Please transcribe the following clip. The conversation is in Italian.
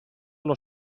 allo